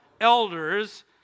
Elders